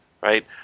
right